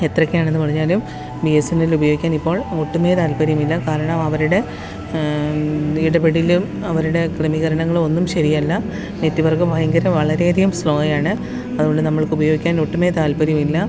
എത്രയ്ക്കാണെന്ന് പറഞ്ഞാലും B S N L ഉപയോഗിക്കാന് ഇപ്പോള് ഒട്ടുമേ താല്പ്പര്യമില്ല കാരണം അവരുടെ ഇടപെടൽ അവരുടെ ക്രമീകരണങ്ങളും ഒന്നും ശരിയല്ല നെറ്റ്വര്ക്ക് ഭയങ്കര വളരെയധികം സ്ലോയാണ് അതുകൊണ്ട് നമ്മള്ക്കുപയോഗിക്കാന് ഒട്ടുമേ താല്പ്പര്യമില്ല